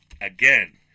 again